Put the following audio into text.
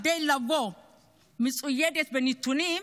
כדי לבוא מצוידת בנתונים,